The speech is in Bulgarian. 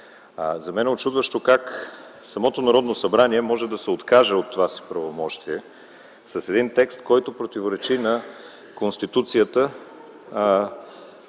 За мен е учудващо как самото Народно събрание може да се откаже от това си правомощие с един текст, който противоречи на Конституцията